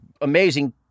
amazing